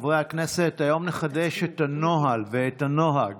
חברי הכנסת, היום נחדש את הנוהל ואת הנוהג